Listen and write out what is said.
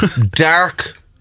dark